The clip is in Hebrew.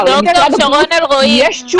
למשרד הבריאות, יש תשובות.